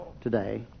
today